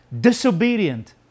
disobedient